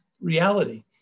reality